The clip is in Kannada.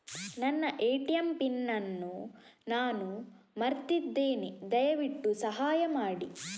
ನನ್ನ ಎ.ಟಿ.ಎಂ ಪಿನ್ ಅನ್ನು ನಾನು ಮರ್ತಿದ್ಧೇನೆ, ದಯವಿಟ್ಟು ಸಹಾಯ ಮಾಡಿ